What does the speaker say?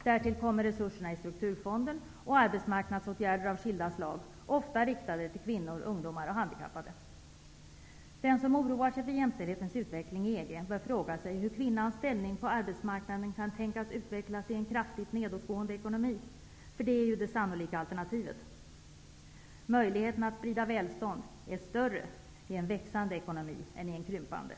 Till detta kommer resurser i strukturfonden och arbetsmarknadsåtgärder av skilda slag, som ofta riktas till kvinnor, ungdomar och handikappade. EG bör fråga sig hur kvinnans ställning på arbetsmarkanden kan tänkas utvecklas i en kraftigt nedåtgående ekonomi -- det är ju det sannolika alternativet. Möjligheten att sprida välstånd är större i en växande ekonomi än i en krympande.